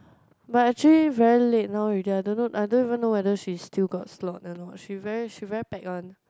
but actually very late now already I don't know I don't even know whether she still got slot or not she very she very pack one